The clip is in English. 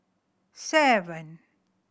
seven